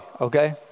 okay